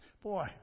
Boy